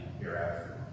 hereafter